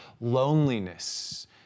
loneliness